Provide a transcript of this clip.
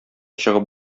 чыгып